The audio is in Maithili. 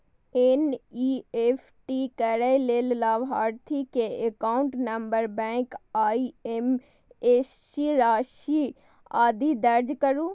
एन.ई.एफ.टी करै लेल लाभार्थी के एकाउंट नंबर, बैंक, आईएपएससी, राशि, आदि दर्ज करू